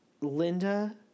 Linda